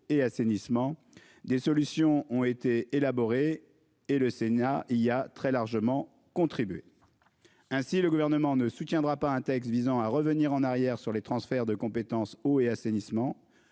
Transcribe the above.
et assainissement des solutions ont été élaborés et le Sénat. Il y a très largement contribué. Ainsi, le gouvernement ne soutiendra pas un texte visant à revenir en arrière sur les transferts de compétences eau et assainissement.